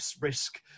risk